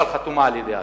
אבל חתומה על-ידי השר.